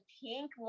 pink